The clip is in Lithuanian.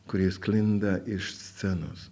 kuri sklinda iš scenos